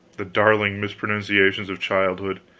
the darling mispronunciations of childhood